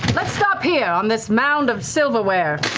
let's stop here on this mound of silverware.